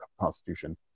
constitution